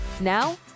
Now